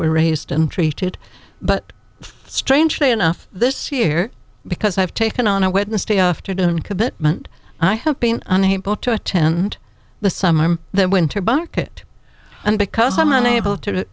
were raised and treated but strangely enough this year because i've taken on a witness stay after didn't commitment i have been unable to attend the summer i'm that winter bucket and because i'm unable to